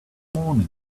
morning